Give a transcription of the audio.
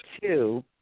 two